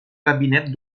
gabinet